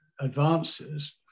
advances